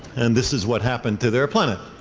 and this is what happened to their planet.